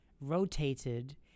rotated